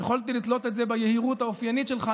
יכולתי לתלות את זה ביהירות האופיינית שלך,